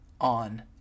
on